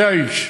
זה האיש,